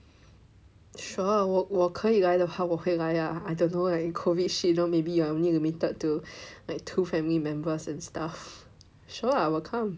sure 我可以来的话我会来 ah I don't know leh like COVID shit you know maybe you are only limited to like two family members and stuff sure I will come